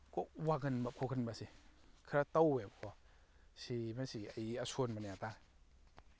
ꯀꯣꯛ ꯋꯥꯒꯟꯕ ꯈꯣꯀꯟꯕꯁꯦ ꯈꯔ ꯇꯧꯏꯕꯀꯣ ꯑꯁꯤ ꯃꯁꯤ ꯑꯩꯒꯤ ꯑꯁꯣꯟꯕꯅꯤꯕ